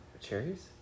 Cherries